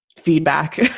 feedback